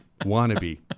Wannabe